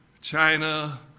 China